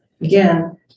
Again